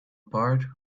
part